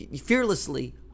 fearlessly